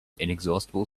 inexhaustible